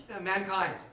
mankind